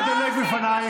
ברחו מהצבעה.